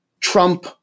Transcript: Trump